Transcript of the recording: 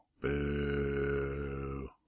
Boo